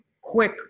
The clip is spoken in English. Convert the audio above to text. Quick